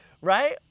Right